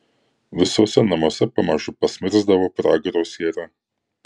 visuose namuose pamažu pasmirsdavo pragaro siera